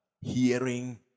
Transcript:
Hearing